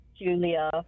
Julia